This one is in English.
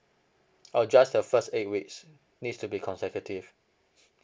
oh just the first eight weeks needs to be consecutive